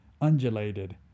undulated